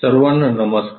सर्वांना नमस्कार